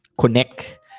connect